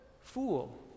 fool